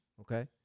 Okay